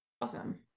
Awesome